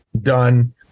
done